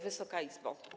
Wysoka Izbo!